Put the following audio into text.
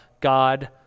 god